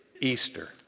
Easter